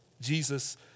Jesus